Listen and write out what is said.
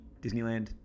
Disneyland